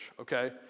okay